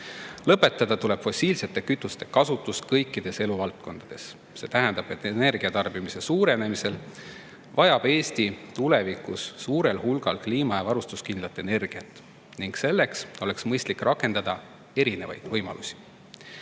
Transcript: Lõpetada tuleb fossiilsete kütuste kasutus kõikides eluvaldkondades. See tähendab, et energiatarbimise suurenemisel vajab Eesti tulevikus suurel hulgal kliima‑ ja varustuskindlat energiat ning selleks oleks mõistlik rakendada erinevaid võimalusi.